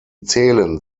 zählen